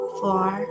four